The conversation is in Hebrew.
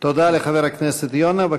תודה לחבר הכנסת יונה.